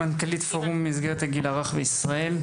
מנכ"לית פורום מסגרת הגיל הרך בישראל,